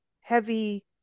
heavy